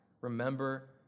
Remember